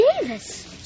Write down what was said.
Davis